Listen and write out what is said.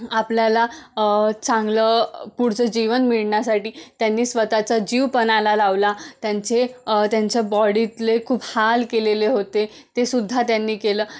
आपल्याला चांगलं पुढचं जीवन मिळण्यासाठी त्यांनी स्वताःचा जीव पणाला लावला त्यांचे त्यांच्या बॉडीतले खूप हाल केलेले होते ते सुद्धा त्यांनी केलं